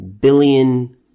billion